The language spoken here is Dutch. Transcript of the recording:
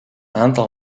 aantal